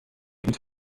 would